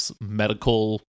medical